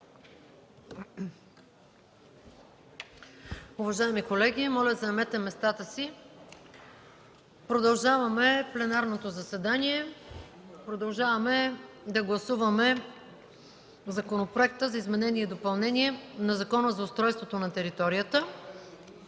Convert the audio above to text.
представители, моля заемете местата си. Продължаваме пленарното заседание. Продължаваме да гласуваме Законопроекта за изменение и допълнение на Закона за устройство на територията.